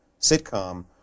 sitcom